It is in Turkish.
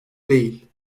değil